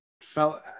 felt